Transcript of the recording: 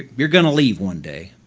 you're going to leave one day,